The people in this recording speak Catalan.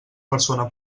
persona